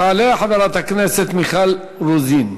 תעלה חברת הכנסת מיכל רוזין,